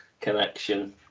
connection